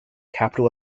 capital